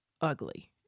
ugly